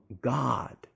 God